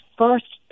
first